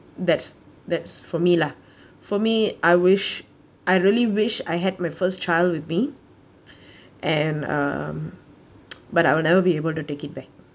that's that's for me lah for me I wish I really wish I had my first child would be and um but I will never be able to take it back